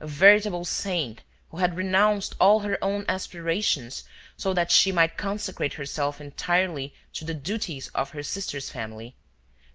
a veritable saint who had renounced all her own aspirations so that she might consecrate herself entirely to the duties of her sister's family